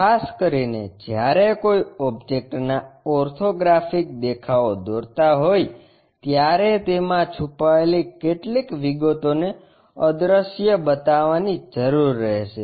ખાસ કરીને જ્યારે કોઈ ઓબ્જેક્ટના ઓર્થોગ્રાફિક દેખાવો દોરતા હોય ત્યારે તેમાં છુપાયેલી કેટલીક વિગતોને અદ્રશ્ય બતાવવાની જરૂર રહેશે